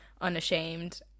unashamed